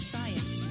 Science